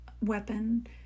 weapon